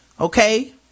Okay